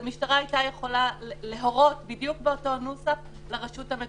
המשטרה הייתה יכולה להורות בדיוק באותו נוסח לרשות המקומית.